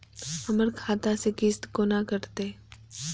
हमर खाता से किस्त कोना कटतै?